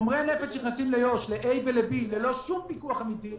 לשטחי איי ובי ללא שום פיקוח אמיתי,